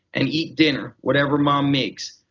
and eat dinner, whatever mom makes.